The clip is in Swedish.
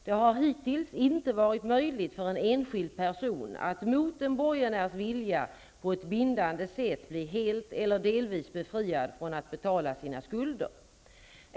Det har hittills inte varit möjligt för en enskild person att mot en borgenärs vilja på ett bindande sätt bli helt eller delvis befriad från att betala sina skulder.